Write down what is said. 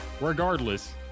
regardless